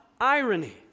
irony